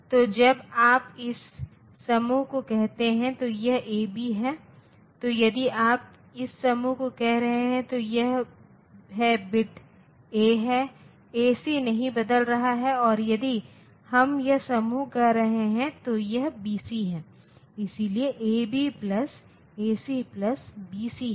तो जब आप इस समूह को कहते हैं तो यह A B है तो यदि आप इस समूह को कह रहे हैं तो यह है बिट A है A C नहीं बदल रहा है और यदि हम यह समूह कह रहे हैं तो यह B C है इसलिए AB plus AC plus B C है